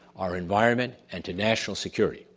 our environment, and to national security.